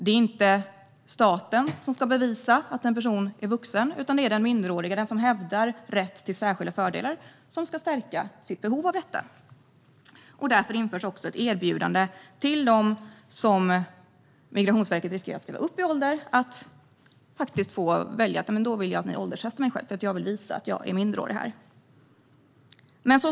Det är inte staten som ska bevisa att en person är vuxen, utan det är den som hävdar att den är minderårig och som därmed hävdar rätt till särskilda fördelar som ska styrka sitt behov av detta. Därför införs också ett erbjudande till dem vars ålder riskerar att skrivas upp av Migrationsverket. De kan välja att bli ålderstestade för att visa att de verkligen är minderåriga.